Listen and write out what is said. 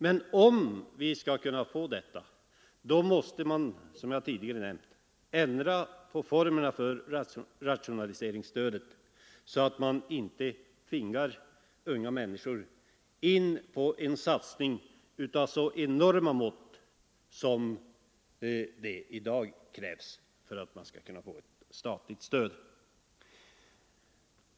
Men skall vi få detta måste man som jag tidigare nämnt ändra på formerna för rationaliseringsstödet så att man inte tvingar unga människor in på en satsning av så enorma mått som det i dag krävs för att kunna få ett statligt stöd.